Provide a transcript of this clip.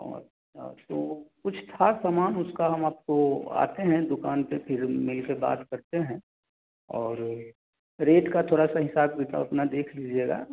अच्छा तो कुछ था सामान उसका हम आपको आते हैं दुकान पे फिर मिलके बात करते हैं और रेट का थोड़ा सा हिसाब किताब अपना देख लीजिएगा